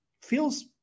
feels